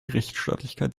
rechtsstaatlichkeit